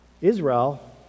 Israel